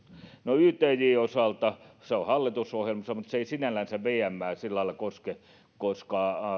no ytjn osalta se on hallitusohjelmassa mutta se ei sinällänsä vmää sillä lailla koske koska